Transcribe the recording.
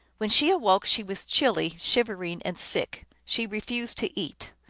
when she awoke she was chilly, shivering, and sick. she refused to eat.